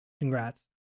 congrats